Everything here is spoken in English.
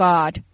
God